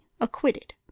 acquitted